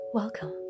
Welcome